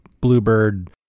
bluebird